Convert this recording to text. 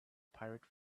pirate